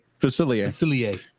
Facilier